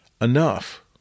enough